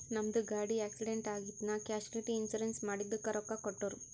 ನಮ್ದು ಗಾಡಿ ಆಕ್ಸಿಡೆಂಟ್ ಆಗಿತ್ ನಾ ಕ್ಯಾಶುಲಿಟಿ ಇನ್ಸೂರೆನ್ಸ್ ಮಾಡಿದುಕ್ ರೊಕ್ಕಾ ಕೊಟ್ಟೂರ್